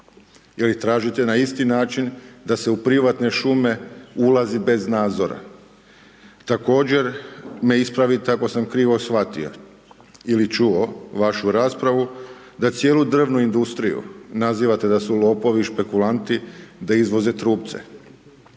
jer tražite na isti način da se u privatne šume ulazi bez nadzora. Također me ispravite ako sam krivo shvatio ili čuo vašu raspravu, da cijelu drvnu industriju nazivate da su lopovi, špekulanti, da izvoze trupce,